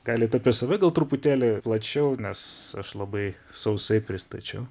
galit apie save gal truputėlį plačiau nes aš labai sausai pristačiau